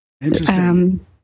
Interesting